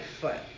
foot